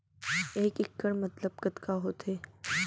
एक इक्कड़ मतलब कतका होथे?